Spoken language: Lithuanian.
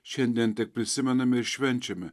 šiandien teprisimename ir švenčiame